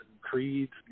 creeds